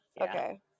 Okay